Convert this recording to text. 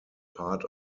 part